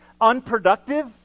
unproductive